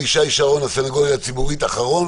אין פה סממן חיצוני בהכרח שמקל על הזיהוי,